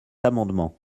amendement